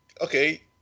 Okay